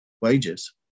wages